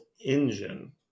engine